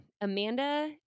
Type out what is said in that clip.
Amanda